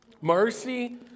Mercy